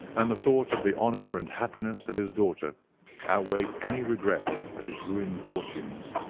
and the thought of the honour and happiness of his daughter outweighed any regret at his ruined fortunes.